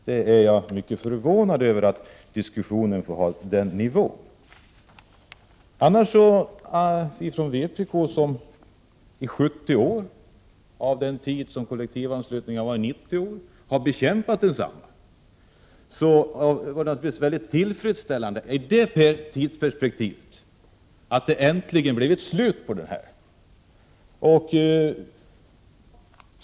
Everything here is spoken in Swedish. Jag är mycket förvånad över att diskussionen förs på den nivån. För oss i vpk, som i 70 år av de 90 år som kollektivanslutningen har funnits har bekämpat densamma, är det naturligtvis väldigt tillfredsställande i detta tidsperspektiv att det äntligen blir ett slut på den.